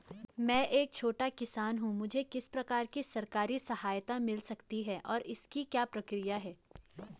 मैं एक छोटा किसान हूँ मुझे किस प्रकार की सरकारी सहायता मिल सकती है और इसकी क्या प्रक्रिया है?